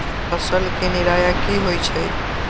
फसल के निराया की होइ छई?